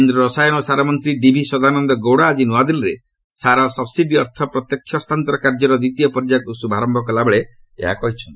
କେନ୍ଦ୍ର ରସାୟନ ଓ ସାର ମନ୍ତ୍ରୀ ଡିଭି ସଦାନନ୍ଦ ଗୌଡ଼ା ଆକି ନ୍ତଆଦିଲ୍ଲୀରେ ସାର ସବ୍ସିଡି ଅର୍ଥ ପ୍ରତ୍ୟକ୍ଷ ହସ୍ତାନ୍ତର କାର୍ଯ୍ୟର ଦ୍ୱିତୀୟ ପର୍ଯ୍ୟାୟକ୍ତ ଶ୍ରଭାରମ୍ଭ କଲାବେଳେ ଏହା କହିଛନ୍ତି